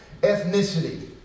ethnicity